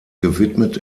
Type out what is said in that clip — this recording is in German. gewidmet